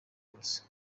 bose